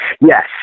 Yes